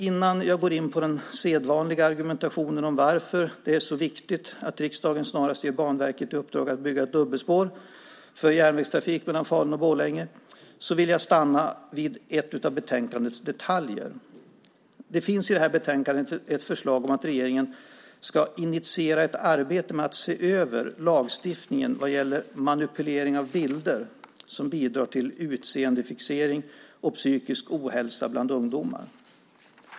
Innan jag går in på den sedvanliga argumentationen om varför det är så viktigt att riksdagen snarast ger Banverket i uppdrag att bygga ett dubbelspår för järnvägstrafik mellan Falun och Borlänge vill jag stanna vid ett av betänkandets detaljer. Det finns i betänkandet ett förslag om att regeringen ska initiera ett arbete med att se över lagstiftningen vad gäller manipulering av bilder som bidrar till utseendefixering och psykisk ohälsa bland ungdomar.